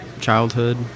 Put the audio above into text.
childhood